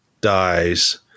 dies